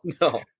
No